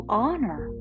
honor